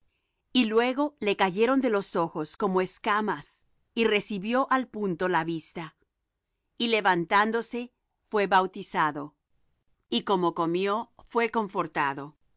y luego le cayeron de los ojos como escamas y recibió al punto la vista y levantándose fué bautizado y como comió fué confortado y